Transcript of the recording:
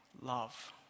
love